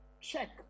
check